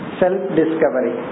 self-discovery